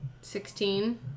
Sixteen